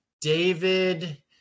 David –